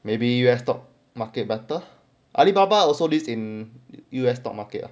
maybe U_S stock market better alibaba also list in U_S stock market